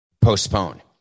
postpone